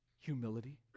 Humility